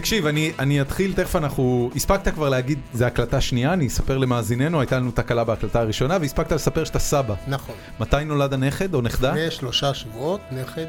תקשיב, אני אתחיל, תכף אנחנו... הספקת כבר להגיד, זה הקלטה שנייה, אני אספר למאזיננו, הייתה לנו תקלה בהקלטה הראשונה, והספקת לספר שאתה סבא. נכון. מתי נולד הנכד או נכדה? לפני שלושה שבועות נכד